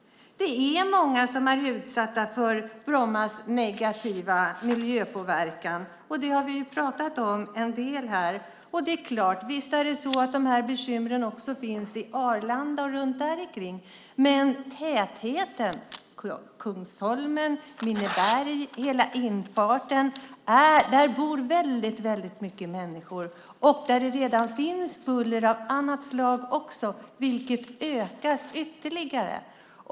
Det är många som är utsatta för Brommas negativa miljöpåverkan. Det har vi talat om en del här. Visst finns de bekymren också runt omkring Arlanda. Men det finns en annan täthet. Det handlar om Kungsholmen, Minneberg och hela infarten. Där bor väldigt mycket människor. Det finns också redan buller av annat slag vilket ökas ytterligare.